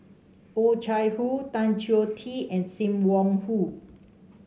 Oh Chai Hoo Tan Choh Tee and Sim Wong Hoo